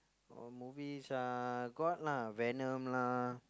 oh movies ah got lah Venom lah